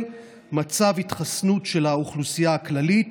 מצב התחסנות של האוכלוסייה הכללית